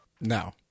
No